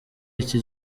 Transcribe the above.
iki